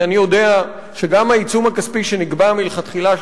ואני יודע שגם העיצום הכספי שנקבע מלכתחילה,